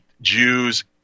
Jews